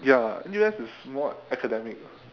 ya N_U_S is more academic